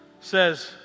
says